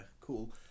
cool